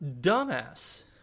dumbass